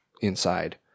inside